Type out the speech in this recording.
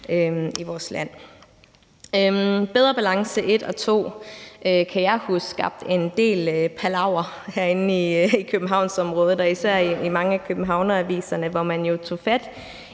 »Bedre Balance II« kan jeg huske skabte en del palaver herinde i Københavnsområdet og især i mange af københavneraviserne, hvor man jo tog fat